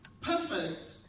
perfect